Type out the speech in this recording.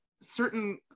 certain